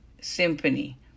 Symphony